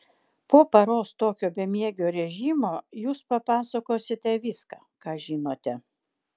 po paros tokio bemiegio režimo jūs papasakosite viską ką žinote